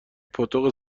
پاتوق